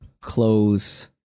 close